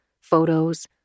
photos